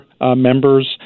members